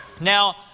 Now